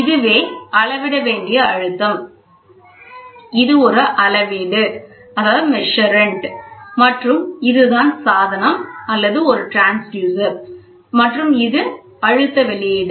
இதுவே அளவிட வேண்டிய அழுத்தம் இது ஒரு அளவீட்டு மற்றும் இதுதான் சாதனம் அல்லது ஒரு டிரான்ஸ்யூசர் மற்றும் இது அழுத்த வெளியீடு